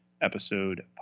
episode